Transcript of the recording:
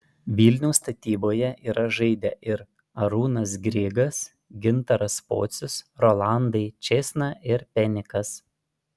vilniaus statyboje yra žaidę ir arūnas grigas gintaras pocius rolandai čėsna ir penikas